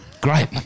Great